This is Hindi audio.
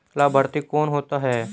लाभार्थी कौन होता है?